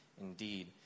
indeed